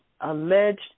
alleged